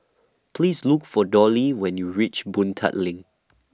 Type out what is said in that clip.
Please Look For Dollie when YOU REACH Boon Tat LINK